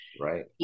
Right